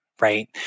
right